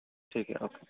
ٹھیک ہے اوکے